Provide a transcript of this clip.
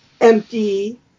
empty